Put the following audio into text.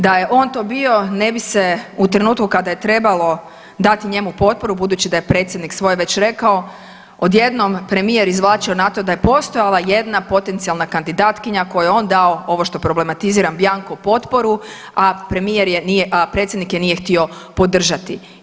Da je on to bio ne bi se u trenutku kada je trebalo dati njemu potporu budući da je predsjednik svoje već rekao odjednom premijer izvlačio na to da je postojala jedna potencijalna kandidatkinja kojoj je on dao, ovo što problematiziram bianco potporu, a premijer je nije, a predsjednik je nije htio podržati.